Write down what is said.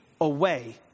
away